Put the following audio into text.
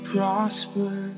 prosper